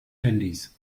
handys